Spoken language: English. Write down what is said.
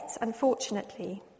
unfortunately